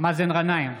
מאזן גנאים,